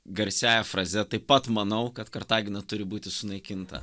garsiąja fraze taip pat manau kad kartagina turi būti sunaikinta